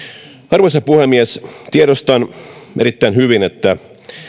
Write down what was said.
arvoisa puhemies tiedostan erittäin hyvin että